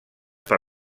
per